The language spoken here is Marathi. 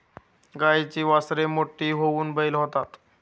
गाईची वासरे मोठी होऊन बैल होतात